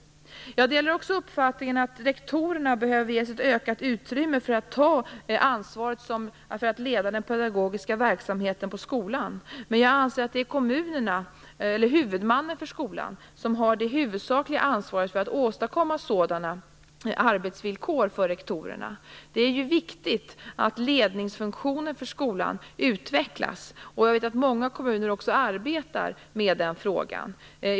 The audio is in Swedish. Jag delar också uppfattningen att rektorerna behöver ges ett ökat utrymme för att ta ansvaret för att leda den pedagogiska verksamheten på skolan, men jag anser att det är huvudmannen för skolan som har det huvudsakliga ansvaret för att åstadkomma sådana arbetsvillkor för rektorerna. Det är viktigt att ledningsfunktionen för skolan utvecklas, och jag vet att många kommuner också arbetar med den frågan.